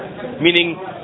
Meaning